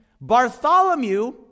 Bartholomew